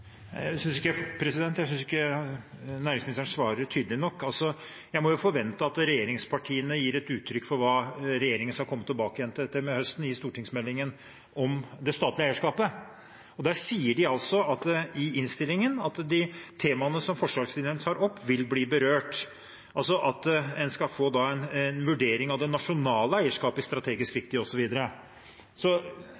Jeg synes ikke næringsministeren svarer tydelig nok. Jeg må forvente at regjeringspartiene gir uttrykk for hva regjeringen skal komme tilbake til i høst i stortingsmeldingen om det statlige eierskapet. De sier i innstillingen at de «temaene som forslagsstillerne tar opp, vil bli berørt», altså at en da skal få en vurdering av det nasjonale eierskapet, strategisk viktig, osv. Jeg går ut fra at næringsministeren kan bekrefte at flertallet i